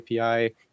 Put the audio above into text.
API